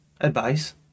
advice